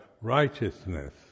righteousness